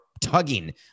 tugging